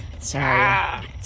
sorry